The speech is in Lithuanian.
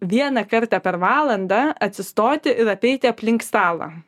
vieną kartą per valandą atsistoti ir apeiti aplink stalą